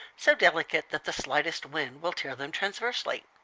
so delicate that the slightest wind will tear them transversely.